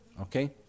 Okay